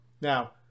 Now